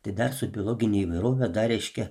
tai dar su biologine įvairove dar reiškia